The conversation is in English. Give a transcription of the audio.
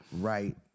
Right